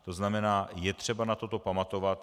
To znamená, je třeba na toto pamatovat.